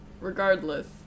Regardless